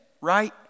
right